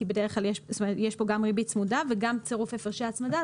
כי יש פה גם ריבית צמודה וגם צירוף הפרשי הצמדה.